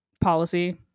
policy